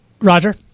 Roger